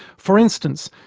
for instance,